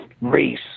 race